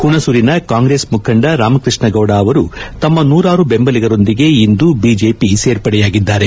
ಹುಣಸೂರಿನ ಕಾಂಗ್ರೆಸ್ ಮಖಂಡ ರಾಮಕೃಷ್ಣಗೌಡ ಅವರು ತಮ್ಮ ನೂರಾರು ಬೆಂಬಲಿಗರೂಂದಿಗೆ ಇಂದು ಬಿಜೆಪಿ ಸೇರ್ಪಡೆಯಾಗಿದ್ದಾರೆ